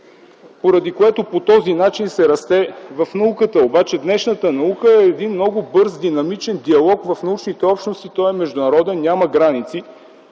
Поради това по този начин се растеше в науката. Но днешната наука е много бърз, динамичен диалог в научните общности, той е международен, няма граници.